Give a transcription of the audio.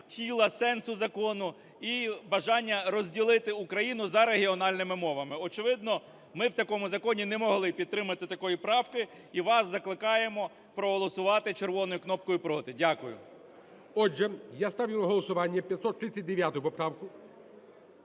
тіла, сенсу закону і бажання розділити Україну за регіональними мовами. Очевидно, ми в такому законі не могли підтримати такої правки і вас закликаємо проголосувати червоною кнопкою проти. Дякую. ГОЛОВУЮЧИЙ. Отже, я ставлю на голосування 539 поправку.